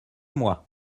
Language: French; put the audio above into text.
moi